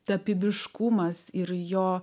tapybiškumas ir jo